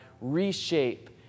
reshape